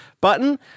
button